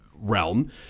realm